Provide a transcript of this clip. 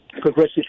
progressive